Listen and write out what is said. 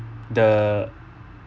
the